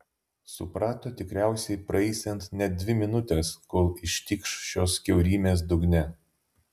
suprato tikriausiai praeisiant net dvi minutes kol ištikš šios kiaurymės dugne